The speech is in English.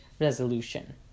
Resolution